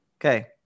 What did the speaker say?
Okay